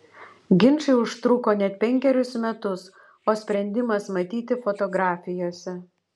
ginčai užtruko net penkerius metus o sprendimas matyti fotografijose